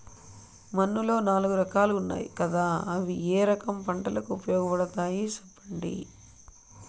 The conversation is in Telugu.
మన్నులో నాలుగు రకాలు ఉన్నాయి కదా అవి ఏ రకం పంటలకు ఉపయోగపడతాయి చెప్పండి?